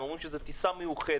הן אומרות שזו טיסה מיוחדת,